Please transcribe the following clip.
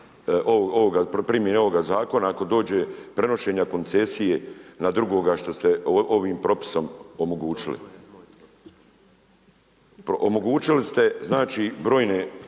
primjene ovoga zakona, ako dođe prenošenja koncesije na drugoga što ste ovim propisom omogućili. Omogućili ste znači brojne